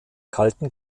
kalten